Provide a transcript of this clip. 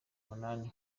umunani